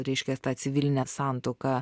reiškia tą civilinę santuoką